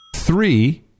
Three